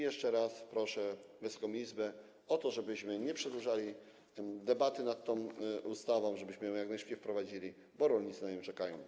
Jeszcze raz proszę Wysoką Izbę o to, żebyśmy nie przedłużali debaty nad tą ustawą, żebyśmy ją jak najszybciej wprowadzili, bo rolnicy na nią czekają.